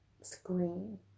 screen